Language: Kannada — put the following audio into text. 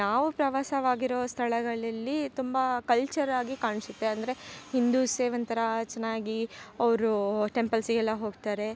ನಾವು ಪ್ರವಾಸವಾಗಿರೊ ಸ್ಥಳಗಳಲ್ಲಿ ತುಂಬ ಕಲ್ಚರಾಗಿ ಕಾಣ್ಸುತ್ತೆ ಅಂದರೆ ಹಿಂದುಸೇ ಒಂಥರ ಚೆನ್ನಾಗಿ ಅವರು ಟೆಂಪಲ್ಸಿಗೆಲ್ಲ ಹೋಗ್ತಾರೆ